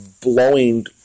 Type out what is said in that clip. blowing